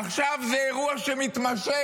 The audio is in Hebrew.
עכשיו זה אירוע שמתמשך.